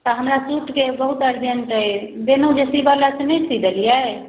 तऽ हमरा सूटके बहुत अर्जेंट अइ देलहुँ जे सीबऽलए से नहि सी देलिए